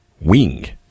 wing